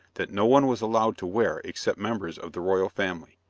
that no one was allowed to wear except members of the royal family.